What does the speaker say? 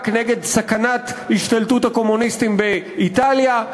נגד סכנת השתלטות הקומוניסטים באיטליה.